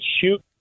shoot